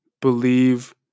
believe